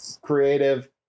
Creative